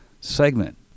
segment